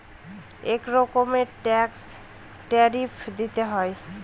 এক রকমের ট্যাক্সে ট্যারিফ দিতে হয়